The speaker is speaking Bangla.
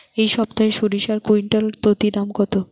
এই সপ্তাহে সরিষার কুইন্টাল প্রতি দাম কত?